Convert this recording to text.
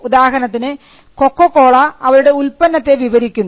ഉദാഹരണത്തിന് കൊക്കോകോള അവരുടെ ഉൽപ്പന്നത്തെ വിവരിക്കുന്നു